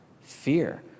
fear